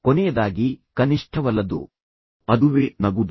ಕೊನೆಯದಾಗಿ ಕನಿಷ್ಠವಲ್ಲದ್ದು ಅದುವೇ ನಗುವುದು